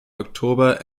oktober